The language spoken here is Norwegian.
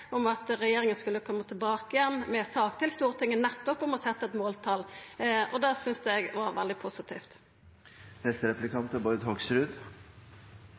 om at regjeringa skulle koma tilbake med ei sak til Stortinget om å setja eit måltal. Det synest eg er veldig positivt. Det var interessant å høre på representanten Toppes innlegg. Alle er